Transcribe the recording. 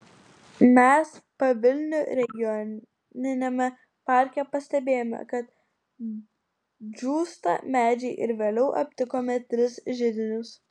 mes pavilnių regioniniame parke pastebėjome kad džiūsta medžiai ir vėliau aptikome tris židinius